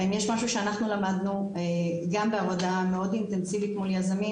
אם יש משהו שאנחנו למדנו גבם בעבודה מאוד אינטנסיבית מול יזמים